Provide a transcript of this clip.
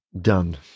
done